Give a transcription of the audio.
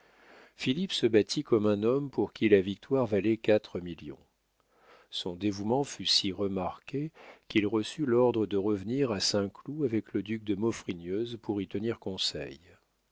philippe se battit comme un homme pour qui la victoire valait quatre millions son dévouement fut si remarqué qu'il reçut l'ordre de revenir à saint-cloud avec le duc de maufrigneuse pour y tenir conseil